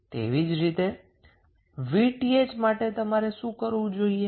તેવી જ રીતે 𝑉𝑡ℎ માટે તમારે શું કરવું જોઈશે